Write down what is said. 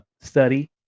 study